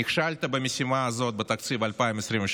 נכשלת במשימה הזאת בתקציב 2023,